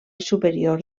superior